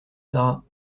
sara